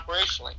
operationally